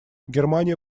германия